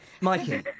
Mikey